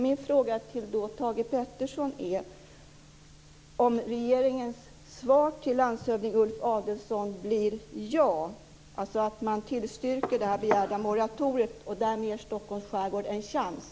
Min fråga till Thage G Peterson är om regeringens svar till landshövding Ulf Adelsohn blir ja, dvs. att man tillstyrker det begärda moratoriet och därmed ger Stockholms skärgård en chans.